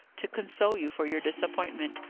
to console you for your disappointment,